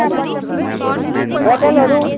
यहाँ होटेलहरू